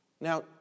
Now